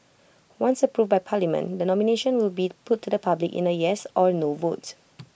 once approved by parliament the nomination will be put to the public in A yes or no vote